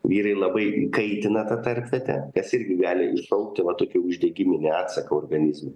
vyrai labai įkaitina tą tarpvietę kas irgi gali iššaukti va tokį uždegiminį atsaką organizme